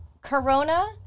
Corona